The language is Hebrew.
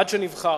עד שנבחר.